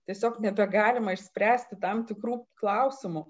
tiesiog nebegalima išspręsti tam tikrų klausimų